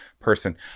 person